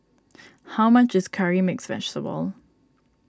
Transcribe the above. how much is Curry Mixed Vegetable